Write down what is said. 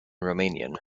romanian